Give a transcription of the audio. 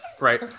right